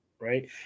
right